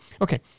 Okay